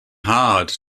hard